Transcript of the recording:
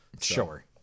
Sure